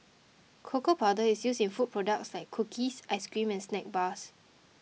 cocoa powder is used in food products like cookies ice cream and snack bars